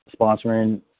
Sponsoring